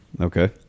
okay